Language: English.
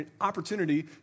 opportunity